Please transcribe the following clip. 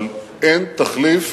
אבל אין תחליף,